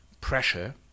pressure